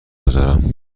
گذارم